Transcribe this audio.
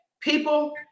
People